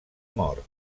mort